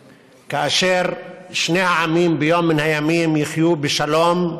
כאשר שני העמים ביום מן הימים יחיו בשלום,